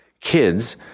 kids